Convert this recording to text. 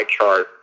MyChart